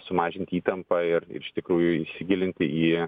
sumažinti įtampą ir iš tikrųjų įsigilinti į į